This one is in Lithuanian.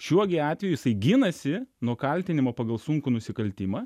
šiuo gi atveju jisai ginasi nuo kaltinimo pagal sunkų nusikaltimą